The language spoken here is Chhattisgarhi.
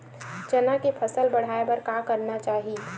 चना के फसल बढ़ाय बर का करना चाही?